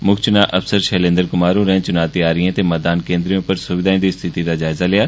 म्क्ख च्ना अफसर शैलेन्द्र क्मार होरें च्ना त्यारियें ते मतदान केन्द्रें पर स्विधाएं दी स्थिति दा जायजा लैता